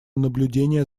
наблюдения